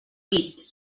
pit